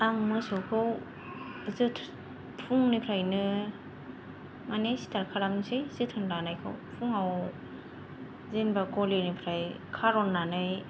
आं मोसौखौ फुंनिफ्रायनो स्तार्त खालामनोसै फुंङाव जेनेबा गलिनिफ्राय खार'ननानै